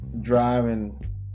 driving